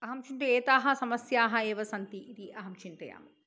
अहं तु एताः समस्याः एव सन्ति इति अहं चिन्तयामि